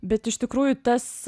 bet iš tikrųjų tas